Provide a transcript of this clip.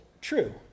true